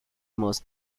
most